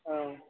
औ